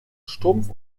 stumpf